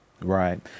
Right